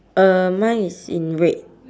uh mine is in red